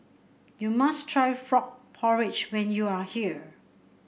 you must try Frog Porridge when you are here